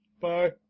Bye